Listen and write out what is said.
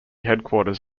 headquarters